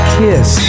kiss